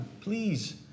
please